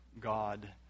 God